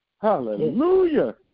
Hallelujah